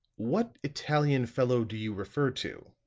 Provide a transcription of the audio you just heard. what italian fellow do you refer to?